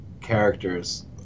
characters